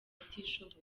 abatishoboye